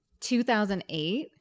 2008